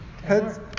Heads